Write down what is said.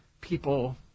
people